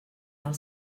del